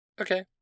Okay